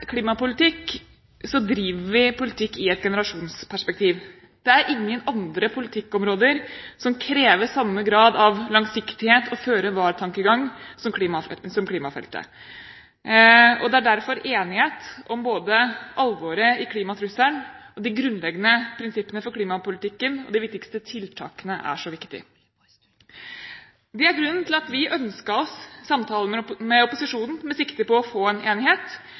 klimapolitikk, driver vi politikk i et generasjonsperspektiv. Det er ingen andre politikkområder som krever samme grad av langsiktighet og føre var-tankegang som klimafeltet. Det er derfor enighet om både alvoret i klimatrusselen og de grunnleggende prinsippene for klimapolitikken og at tiltakene er viktige. Det er grunnen til at vi ønsket oss samtaler med opposisjonen med sikte på å få en enighet,